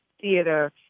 theater